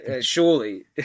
surely